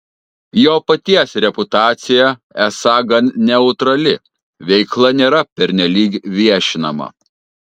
jo paties reputacija esą gan neutrali veikla nėra pernelyg viešinama